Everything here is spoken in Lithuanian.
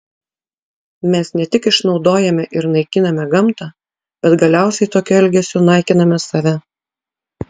mes ne tik išnaudojame ir naikiname gamtą bet galiausiai tokiu elgesiu naikiname save